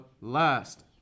last